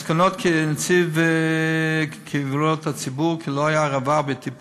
מסקנות נציב קבילות הציבור הן כי לא היה רבב